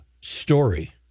story